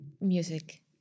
Music